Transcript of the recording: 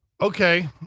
Okay